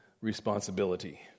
responsibility